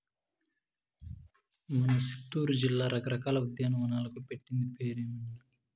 మన సిత్తూరు జిల్లా రకరకాల ఉద్యానవనాలకు పెట్టింది పేరమ్మన్నీ